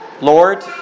Lord